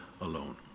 alone